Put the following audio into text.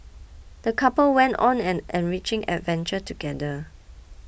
the couple went on an enriching adventure together